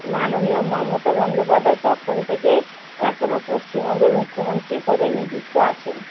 মাননীয়া মমতা বন্দ্যোপাধ্যায় তখন থেকে এখনো পশ্চিমবঙ্গের মুখ্যমন্ত্রীর পদে নিযুক্ত আছেন